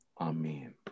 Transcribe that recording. Amen